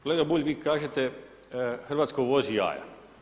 Kolega Bulj, vi kažete Hrvatska uvozi jaja.